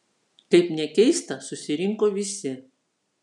kaip nekeista susirinko visi